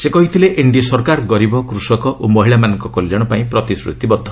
ସେ କହିଥିଲେ ଏନ୍ଡିଏ ସରକାର ଗରିବ କୃଷକ ଓ ମହିଳାମାନଙ୍କ କଲ୍ୟାଣ ପାଇଁ ପ୍ରତିଶ୍ରତିବଦ୍ଧ